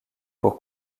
pour